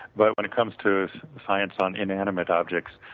but when it comes to science on inanimate objects,